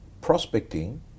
prospecting